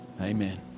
Amen